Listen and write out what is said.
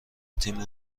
تیم